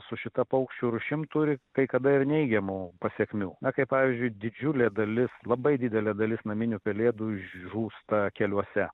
su šita paukščių rūšim turi kai kada ir neigiamų pasekmių na kaip pavyzdžiui didžiulė dalis labai didelė dalis naminių pelėdų žūsta keliuose